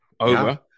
over